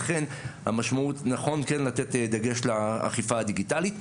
לכן המשמעות נכון כן לתת דגש לאכיפה הדיגיטלית.